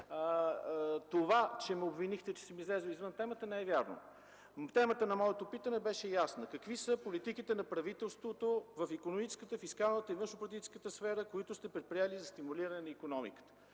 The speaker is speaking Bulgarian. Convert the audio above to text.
защото обвинението, че съм излязъл извън темата, не е вярно. Темата на моето питане беше ясна: какви са политиките на правителството в икономическата, фискалната и външнополитическата сфера, които сте предприели за стимулиране на икономиката?